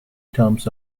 terms